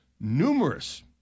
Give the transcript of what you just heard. numerous